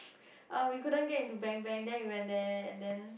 err we couldn't get into Bang Bang then we went there and then